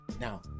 Now